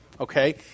Okay